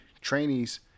trainees